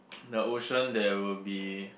the ocean there will be